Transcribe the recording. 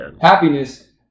happiness